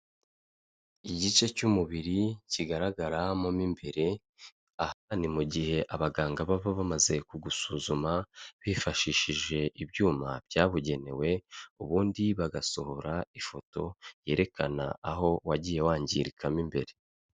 Igice cy'umubiri kigaragaramo mo imbere, aha ni mu gihe abaganga baba bamaze kugusuzuma bifashishije ibyuma byabugenewe, ubundi bagasohora ifoto yerekana aho wagiye wangirika mo imbere.